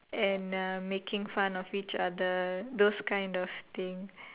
and uh making fun of each other those kind of thing